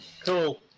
Cool